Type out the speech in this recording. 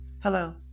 Hello